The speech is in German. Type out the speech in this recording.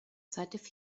zeit